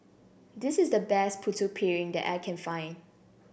this is the best Putu Piring that I can find